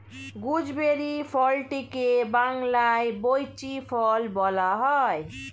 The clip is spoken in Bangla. গুজবেরি ফলটিকে বাংলায় বৈঁচি ফল বলা হয়